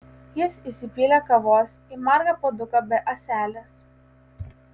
jis įsipylė kavos į margą puoduką be ąselės